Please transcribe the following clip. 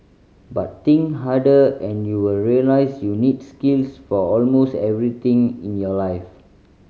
but think harder and you will realise you need skills for almost everything in your life